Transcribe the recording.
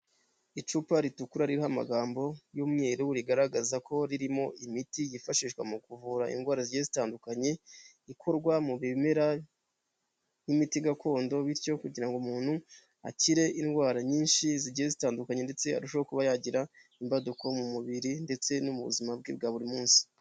Icupa ritukura ririho amagambo y'umweru rigaragaza ko ririmo imiti yifashishwa mu kuvura indwara zigiye zitandukanye, ikorwa mu bimera nk'imiti gakondo, bityo kugira ngo umuntu akire indwara nyinshi zigiye zitandukanye, ndetse arusheho kuba yagira imbaduko mu mubiri, ndetse no mu buzima bwe bwa buri munsi.